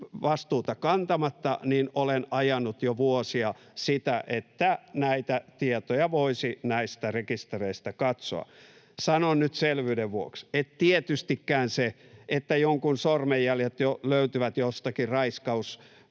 vastuuta kantamatta, niin olen ajanut jo vuosia sitä, että näitä tietoja voisi näistä rekistereistä katsoa. Sanon nyt selvyyden vuoksi, että tietystikään se, että jonkun sormenjäljet jo löytyvät jostakin raiskauspaikalta,